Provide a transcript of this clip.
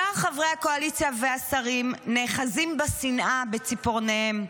שאר חברי הקואליציה והשרים נאחזים בשנאה בציפורניהם.